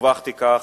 דווחתי כך,